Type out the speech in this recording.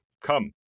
come